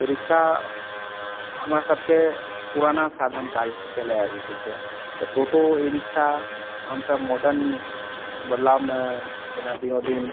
rickshaw हमर सबके पुराना साधन कालसँ चलल आएल छै तऽ टोटो ई रिक्शा हमसब मॉडर्न बदलावमे जेना दिनोदिन